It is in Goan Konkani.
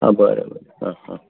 हां बरें हां हां